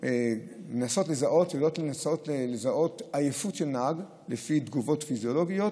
שמנסות לזהות עייפות של נהג לפי תגובות פיזיולוגיות,